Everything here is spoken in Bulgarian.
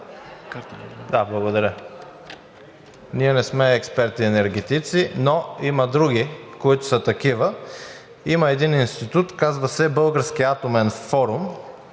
Да, ние не сме експерти енергетици, но има други, които са такива. Има един институт, казва се Български атомен форум.